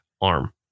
arm